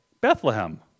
Bethlehem